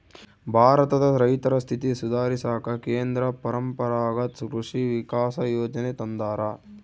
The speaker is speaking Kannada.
ಭಾರತದ ರೈತರ ಸ್ಥಿತಿ ಸುಧಾರಿಸಾಕ ಕೇಂದ್ರ ಪರಂಪರಾಗತ್ ಕೃಷಿ ವಿಕಾಸ ಯೋಜನೆ ತಂದಾರ